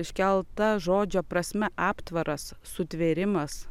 iškelta žodžio prasme aptvaras sutvėrimas